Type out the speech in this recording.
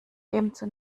ebenso